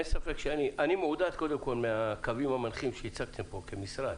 אין ספק, אני מעודד מהקווים המנחים שהצגתם כמשרד.